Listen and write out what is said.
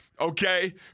Okay